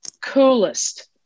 Coolest